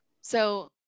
So-